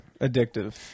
addictive